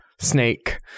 snake